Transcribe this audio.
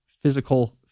physical